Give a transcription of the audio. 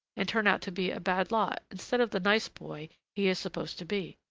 and turn out to be a bad lot instead of the nice boy he is supposed to be.